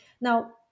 Now